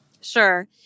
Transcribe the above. Sure